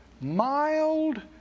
mild